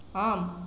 आम्